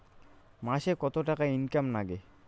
মাসে কত টাকা ইনকাম নাগে?